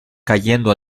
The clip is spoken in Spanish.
cayendo